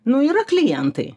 nu yra klientai